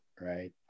right